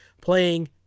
playing